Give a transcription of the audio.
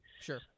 Sure